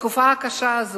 בתקופה הקשה הזאת,